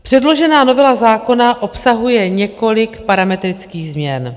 Předložená novela zákona obsahuje několik parametrických změn.